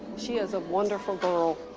she is a wonderful girl.